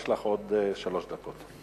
יש לך עוד שלוש דקות.